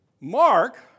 Mark